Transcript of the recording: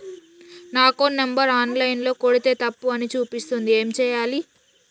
నా account number online ల కొడ్తే తప్పు అని చూపిస్తాంది ఏం చేయాలి?